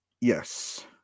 yes